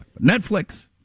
Netflix